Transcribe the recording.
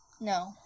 No